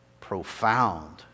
profound